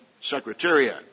Secretariat